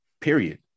period